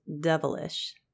devilish